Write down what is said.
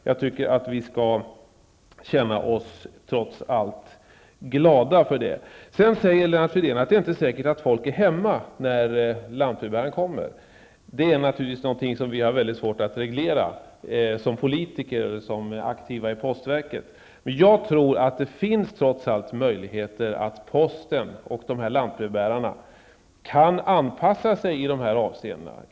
Jag tycker att vi trots allt skall känna oss glada över det. Sedan sade Lennart Fridén att det inte är säkert att folk är hemma när lantbrevbäraren kommer. Det är naturligtvis någonting som vi som politiker och aktiva i postverket har mycket svårt att reglera. Men jag tror att det trots allt finns möjligheter att posten och lantbrevbärarna kan anpassa sig i de här avseendena.